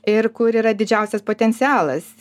ir kur yra didžiausias potencialas